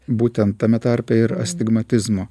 būtent tame tarpe ir astigmatizmo